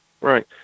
Right